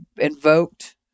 invoked